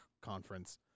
conference